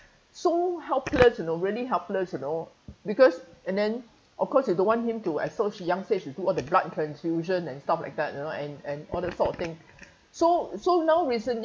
so helpless you know really helpless you know because and then of course you don't want him to as such a young age to do all the blood transfusion and stuff like that you know and and all that sort of thing so so now recently